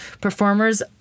Performers